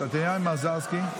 טטיאנה מזרסקי,